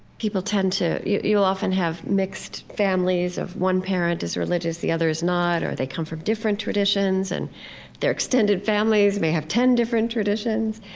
people tend to you'll often have mixed families of one parent is religious, the other is not, or they come from different traditions and their extended families may have ten different traditions.